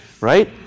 Right